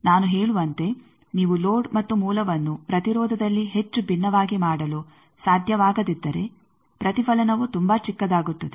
ನಾನು ಹೇಳುವಂತೆ ನೀವು ಲೋಡ್ ಮತ್ತು ಮೂಲವನ್ನು ಪ್ರತಿರೋಧದಲ್ಲಿ ಹೆಚ್ಚು ಭಿನ್ನವಾಗಿ ಮಾಡಲು ಸಾಧ್ಯವಾಗದಿದ್ದರೆ ಪ್ರತಿಫಲನವು ತುಂಬಾ ಚಿಕ್ಕದಾಗುತ್ತದೆ